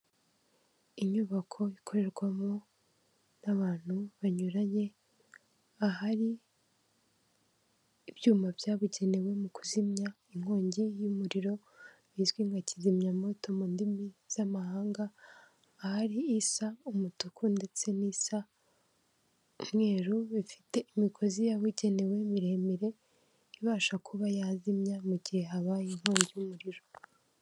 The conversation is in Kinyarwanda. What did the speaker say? Inyubako ikorerwamo n'abantu banyuranye, ahari ibyuma byabugenewe mu kuzimya inkongi y'umuriro bizwi nka kizimyamoto mu ndimi z'amahanga, ahari isa umutuku ndetse n'isa umweru, bifite imigozi yabugenewe miremire ibasha kuba yazimya mu gihe habaye inkongi y'umuriro.